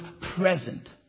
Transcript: present